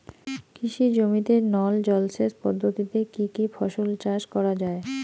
কৃষি জমিতে নল জলসেচ পদ্ধতিতে কী কী ফসল চাষ করা য়ায়?